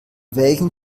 welchen